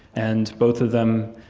and both of them,